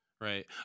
Right